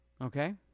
Okay